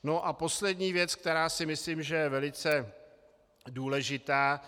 No a poslední věc, která si myslím, že je velice důležitá.